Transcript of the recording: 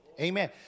Amen